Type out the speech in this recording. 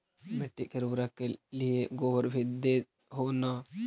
मिट्टी के उर्बरक के लिये गोबर भी दे हो न?